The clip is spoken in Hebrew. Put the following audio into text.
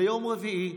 ליום רביעי.